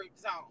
zone